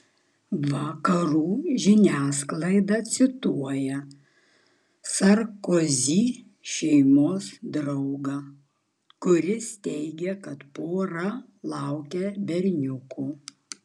vakarų žiniasklaida cituoja sarkozy šeimos draugą kuris teigia kad pora laukia berniuko